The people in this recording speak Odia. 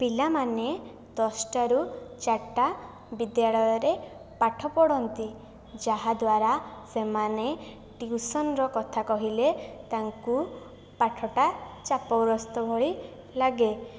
ପିଲାମାନେ ଦଶଟାରୁ ଚାରିଟା ବିଦ୍ୟାଳୟରେ ପାଠ ପଢ଼ନ୍ତି ଯାହା ଦ୍ୱାରା ସେମାନେ ଟ୍ୟୁସନର କଥା କହିଲେ ତାଙ୍କୁ ପାଠଟା ଚାପଗ୍ରସ୍ତ ଭଳି ଲାଗେ